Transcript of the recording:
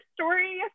story